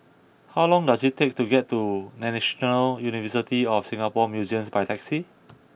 how long does it take to get to National University of Singapore Museums by taxi